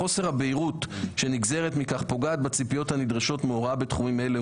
חוסר הבהירות שנגזרת מכך פוגעת בציפיות הנדרשת מהוראה בתחומים אלו,